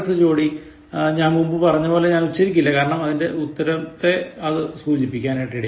അടുത്ത ജോഡി ഞാൻ മുൻപ് പറഞ്ഞതുപോലെ ഞാൻ ഉച്ചരിക്കില്ല കാരണം അതിന്റെ ഉത്തരത്തെ അത് സൂചിപ്പിക്കും